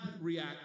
react